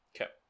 Okay